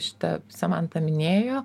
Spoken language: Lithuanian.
šitą samanta minėjo